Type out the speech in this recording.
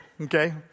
Okay